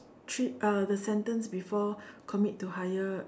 three uh the sentence before commit to higher